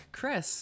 Chris